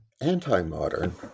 anti-modern